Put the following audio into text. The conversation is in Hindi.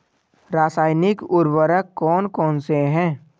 रासायनिक उर्वरक कौन कौनसे हैं?